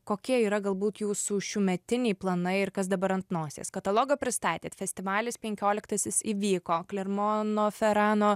kokie yra galbūt jūsų šiųmetiniai planai ir kas dabar ant nosės katalogą pristatėt festivalis penkioliktasis įvyko klermono ferano